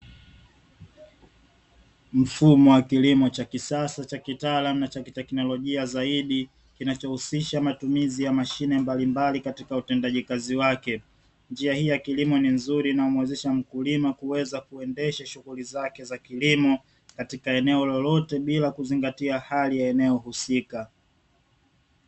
Mfumo wa kilimo: cha kisasa, cha kitaalamu na cha kiteknolojia zaidi kinachohusisha matumizi ya mashine mbalimbali katika utendaji kazi wake, njia hii ya kilimo ni nzuri inayomwezesha mkulima kuweza kuendesha shughuli zake za kilimo katika eneo lolote bila kuzingatia hali ya eneo husika.